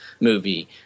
movie